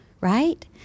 right